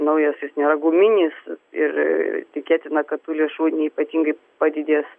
naujas jis nėra guminis ir tikėtina kad tų lėšų neypatingai padidės